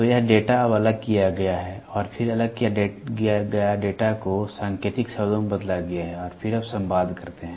तो यह डेटा अब अलग किया गया है और फिर अलग किया गया डेटा को सांकेतिक शब्दों में बदला गया है और फिर आप संवाद करते हैं